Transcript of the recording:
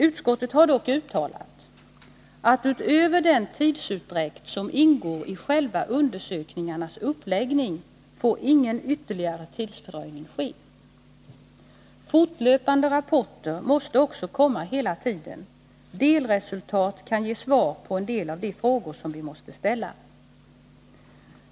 Utskottet har dock uttalat att den fastställda tiden för undersökningarna inte får förlängas. Fortlöpande rapporter måste också komma hela tiden. Delresultat kan ge svar på några av de frågor som vi måste ställa.